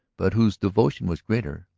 but whose devotion was greater,